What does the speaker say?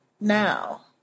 now